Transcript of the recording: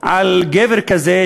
על גבר כזה,